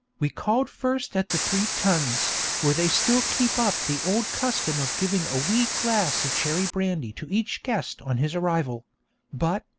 we called first at the three tuns, where they still keep up the old custom of giving a wee glass of cherry-brandy to each guest on his arrival but,